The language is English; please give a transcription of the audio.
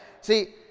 see